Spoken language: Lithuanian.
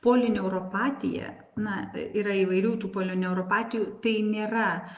polineuropatija na yra įvairių tų polineuropatijų tai nėra